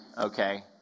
Okay